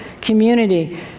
community